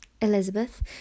Elizabeth